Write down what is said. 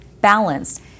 balanced